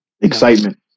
excitement